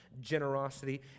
generosity